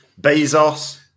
Bezos